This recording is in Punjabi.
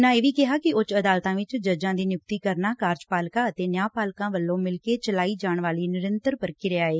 ਉਨ੍ਹਾਂ ਇਹ ਵੀ ਕਿਹਾ ਕਿ ਉੱਚ ਅਦਾਲਤਾਂ ਵਿਚ ਜੱਜਾਂ ਦੀ ਨਿਯੁਕਤੀ ਕਰਨਾ ਕਾਰਜਪਾਲਿਕਾ ਅਤੇ ਨਿਆ ਪਾਲਿਕਾ ਵਲੋ ਮਿਲਕੇ ਚਲਾਈ ਜਾਣ ਵਾਲੀ ਨਿਰੰਤਰ ਪ੍ਰਕਿਰਿਆ ਐ